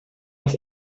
das